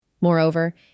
Moreover